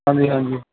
ਹਾਂਜੀ ਹਾਂਜੀ